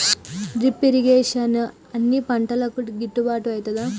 Drip irrigation అన్ని పంటలకు గిట్టుబాటు ఐతదా?